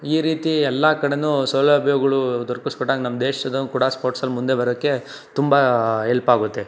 ಈ ರೀತಿ ಎಲ್ಲ ಕಡೆನೂ ಸೌಲಭ್ಯಗಳು ದೊರಕಿಸ್ಕೊಟ್ಟಾಗ ನಮ್ಮ ದೇಶನೂ ಕೂಡ ಸ್ಪೋರ್ಟ್ಸ್ ಅಲ್ಲಿ ಮುಂದೆ ಬರೋಕ್ಕೆ ತುಂಬ ಎಲ್ಪ್ ಆಗುತ್ತೆ